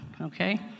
okay